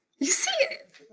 you see, mm,